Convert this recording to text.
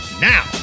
now